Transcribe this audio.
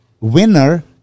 winner